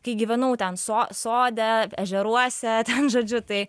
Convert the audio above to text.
kai gyvenau ten so sode ežeruose ten žodžiu tai